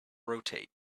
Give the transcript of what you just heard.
rotate